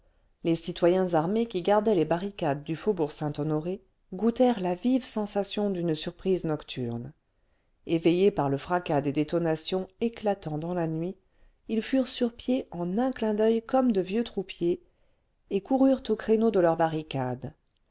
les citoyens armés qui gardaient les barricades du faubourg saint-honoré goûtèrent la vive sensation d'une surprise nocturne éveillés par le fracas des détonations éclatant dans la nuit ils furent sur pied en uu clin d'oeil comme de vieux troupiers et coururent aux créneaux de leurs barricades